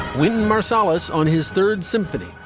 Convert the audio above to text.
wynton marsalis on his third symphony,